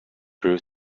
brew